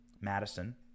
Madison